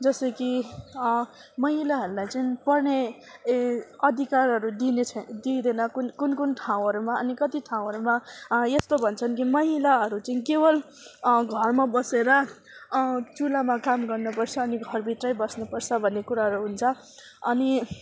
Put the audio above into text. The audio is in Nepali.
जस्तो कि महिलाहरूलाई जुन पर्ने ए अधिकारहरू दिनेछ दिइँदैन कुन कुन ठाउँहरूमा अनि कति ठाउँहरूमा यस्तो भन्छन् कि महिलाहरू चाहिँ केवल घरमा बसेर चुल्हामा काम गर्नुपर्छ अनि घरभित्रै बस्नुपर्छ भन्ने कुराहरू हुन्छ अनि